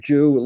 Jew